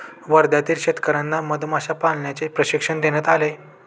वर्ध्यातील शेतकर्यांना मधमाशा पालनाचे प्रशिक्षण देण्यात आले